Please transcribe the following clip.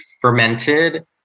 fermented